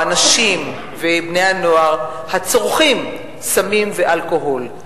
האנשים ובני-הנוער הצורכים סמים ואלכוהול.